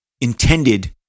intended